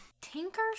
Tinker